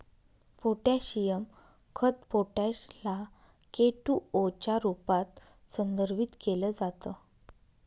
potassium खत potash ला K two O च्या रूपात संदर्भित केल जात